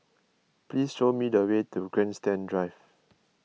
please show me the way to Grandstand Drive